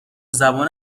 زبان